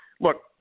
Look